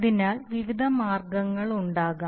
അതിനാൽ വിവിധ മാർഗങ്ങളുണ്ടാകാം